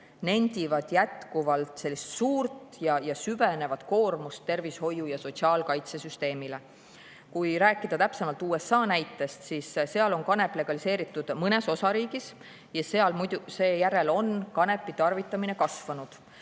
nendivad jätkuvalt suurt ja süvenevat koormust tervishoiu‑ ja sotsiaalkaitsesüsteemile. Kui rääkida täpsemalt USA näitest, siis seal on kanep legaliseeritud mõnes osariigis ja seal seejärel on kanepi tarvitamine kasvanud.